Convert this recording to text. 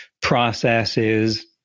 processes